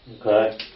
Okay